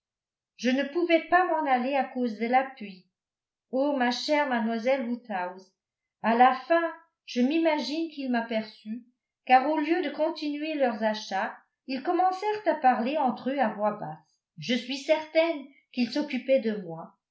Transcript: je ne pouvais pas m'en aller à cause de la pluie oh ma chère mademoiselle woodhouse à la fin je m'imagine qu'il m'aperçut car au lieu de continuer leurs achats ils commencèrent à parler entre eux à voix basse je suis certaine qu'ils s'occupaient de moi